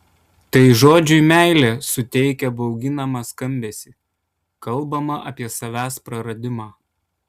tai žodžiui meilė suteikia bauginamą skambesį kalbama apie savęs praradimą